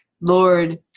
Lord